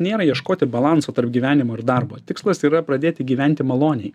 nėra ieškoti balanso tarp gyvenimo ir darbo tikslas yra pradėti gyventi maloniai